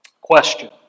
question